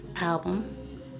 album